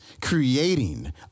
creating